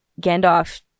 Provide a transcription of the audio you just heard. Gandalf